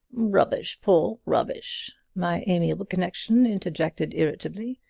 rubbish, paul! rubbish! my amiable connection interjected irritably.